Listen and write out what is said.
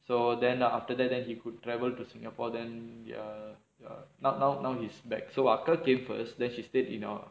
so then after that then he could travel to singapore then ya now now he's back so அக்கா:akkaa came first then she stayed in our